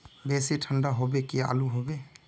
बेसी ठंडा होबे की आलू होबे